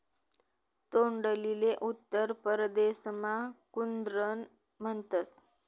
तोंडलीले उत्तर परदेसमा कुद्रुन म्हणतस